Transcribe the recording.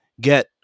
get